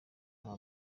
nta